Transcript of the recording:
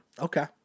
Okay